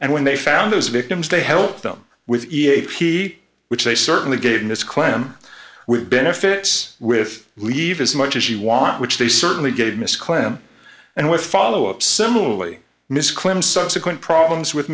and when they found those victims they helped them with e a p which they certainly gave in this clan with benefits with leave as much as you want which they certainly gave miss clem and with follow up similarly miss klim subsequent problems with